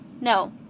no